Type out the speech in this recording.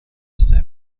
سفت